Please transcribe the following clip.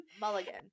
Mulligan